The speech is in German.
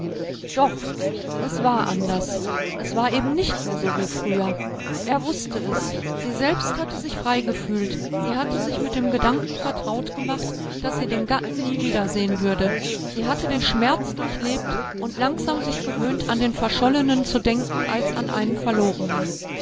doch es war anders es war eben nicht mehr so wie früher er wußte es sie selbst hatte sich frei gefühlt sie hatte sich mit dem gedanken vertraut gemacht daß sie den gatten nie wiedersehen würde sie hatte den schmerz durchlebt und langsam sich gewöhnt an den verschollenen zu denken als an einen verlorenen